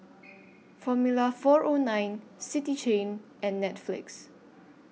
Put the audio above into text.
Formula four O nine City Chain and Netflix